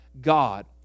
God